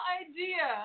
idea